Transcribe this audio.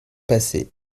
passé